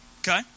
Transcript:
okay